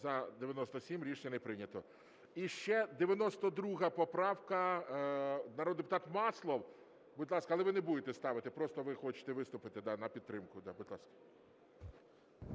За-97 Рішення не прийнято. І ще 92 поправка, народний депутат Маслов, будь ласка. Але ви не будете ставити, просто ви хочете виступити на підтримку. Да, будь ласка.